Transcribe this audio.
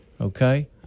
okay